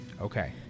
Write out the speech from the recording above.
Okay